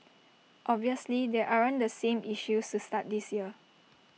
obviously there aren't the same issues to start this year